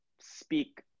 speak